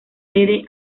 sede